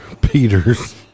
Peters